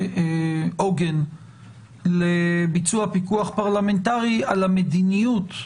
עוגן לביצוע פיקוח פרלמנטרי על המדיניות,